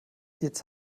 jetzt